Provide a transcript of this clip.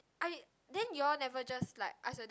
I then you all never just like ask your dad